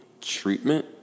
treatment